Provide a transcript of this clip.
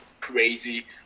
crazy